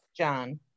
John